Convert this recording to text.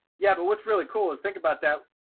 yeah, but what's really cool is think about that.